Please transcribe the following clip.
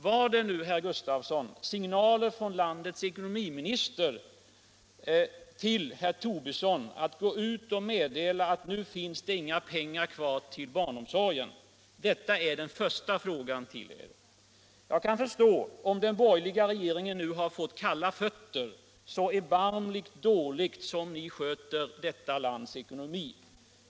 Var det, herr Gustavsson, signaler från landets ekonomiminister till herr Tobisson att gå ut och meddela att nu finns det inga pengar kvar till barnomsorgen? — Detta är den första frågan till er. Jag kan förstå om den borgerliga regeringen nu har fått kalla fötter, så erbarmligt som den sköter detta lands ekonomi.